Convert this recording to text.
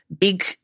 big